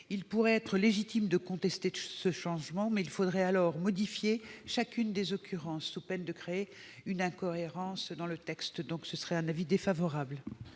Il pourrait être légitime de contester ce changement, mais il faudrait alors modifier chacune des occurrences, sous peine de créer une incohérence dans le texte. La commission émet donc un avis défavorable.